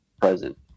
present